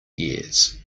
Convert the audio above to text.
years